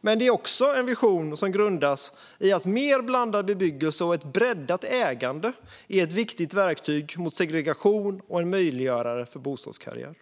Men det är också en vision som grundar sig i att mer blandad bebyggelse och ett breddat ägande är ett viktigt verktyg mot segregation och en möjliggörare för bostadskarriär.